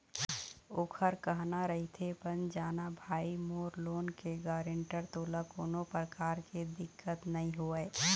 ओखर कहना रहिथे बन जाना भाई मोर लोन के गारेंटर तोला कोनो परकार के दिक्कत नइ होवय